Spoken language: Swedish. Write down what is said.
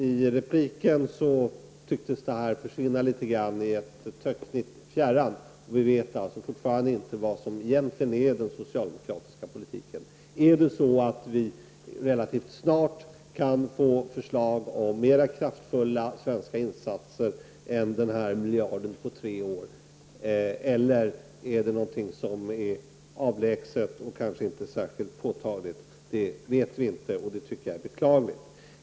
I repliken tycktes det här försvinna litet grand i ett töcknigt fjärran. Vi vet alltså fortfarande inte vad som egentligen är den socialdemokratiska politiken. Är det så att vi relativt snart kan få förslag om mera kraftfulla svenska insatser än den här miljarden på tre år? Eller är det någonting som är avlägset och kanske inte särskilt påtagligt? Det vet vi inte, och det tycker jag är beklagligt.